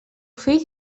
fill